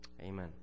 Amen